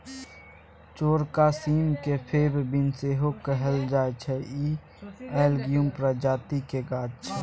चौरका सीम केँ फेब बीन सेहो कहल जाइ छै इ लेग्युम प्रजातिक गाछ छै